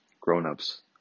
grownups